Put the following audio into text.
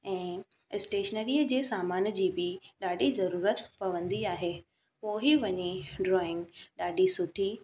ऐं स्टेशनरीअ जे सामान जी बि ॾाढी ज़रूरत पवंदी आहे पोइ ई वञी ड्रॉईंग ॾाढी सुठी